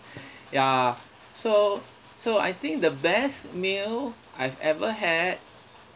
ya so so I think the best meal I've ever had